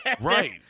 Right